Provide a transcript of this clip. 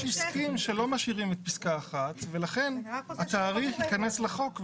הסכים שלא משאירים את פסקה 1 ולכן התאריך ייכנס לחוק.